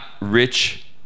rich